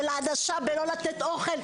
של הענשה בלא לתת אוכל,